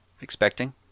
expecting